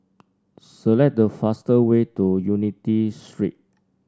select the fastest way to Unity Street